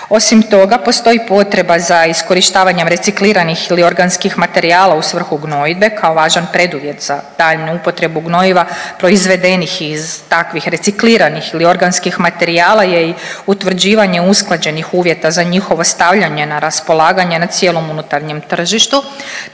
Osim toga, postoji potreba za iskorištavanjem recikliranih ili organskih materijala u svrhu gnojidbe kao važan preduvjet za daljnju upotrebu gnojiva proizvedenih iz takvih recikliranih ili organskih materijala je i utvrđivanje usklađenih uvjeta za njihovo stavljanje na raspolaganje na cijelom unutarnjem tržištu.